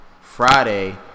Friday